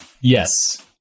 Yes